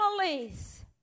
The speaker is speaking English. families